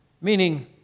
Meaning